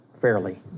fairly